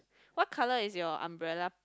what colour is your umbrella